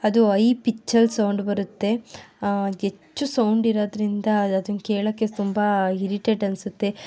ಅದು ಐ ಪಿಚ್ಚಲ್ಲಿ ಸೌಂಡ್ ಬರುತ್ತೆ ಹೆಚ್ಚು ಸೌಂಡ್ ಇರೋದ್ರಿಂದ ಅದನ್ನು ಕೇಳೋಕ್ಕೆ ತುಂಬ ಇರಿಟೇಟ್ ಅನ್ನಿಸುತ್ತೆ